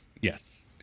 yes